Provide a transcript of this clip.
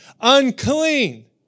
unclean